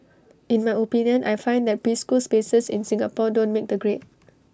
in my opinion I find that preschool spaces in Singapore don't make the grade